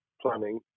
planning